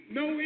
no